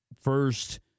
first